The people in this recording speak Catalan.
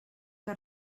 que